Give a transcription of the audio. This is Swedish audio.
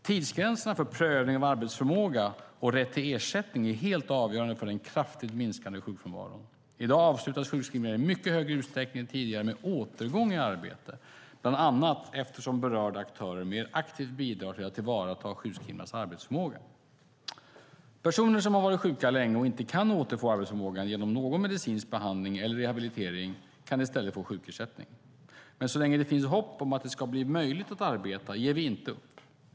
Tidsgränserna för prövning av arbetsförmåga och rätt till ersättning är helt avgörande för den kraftigt minskade sjukfrånvaron. I dag avslutas sjukskrivningar i mycket större utsträckning än tidigare med återgång i arbete, bland annat eftersom berörda aktörer mer aktivt bidrar till att tillvarata sjukskrivnas arbetsförmåga. Personer som varit sjuka länge och inte kan återfå arbetsförmågan genom någon medicinsk behandling eller rehabilitering kan i stället få sjukersättning. Men så länge det finns hopp om att det ska bli möjligt att arbeta ger vi inte upp.